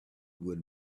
would